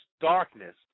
darkness